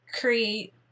create